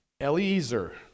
Eliezer